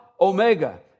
Omega